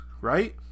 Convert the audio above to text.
right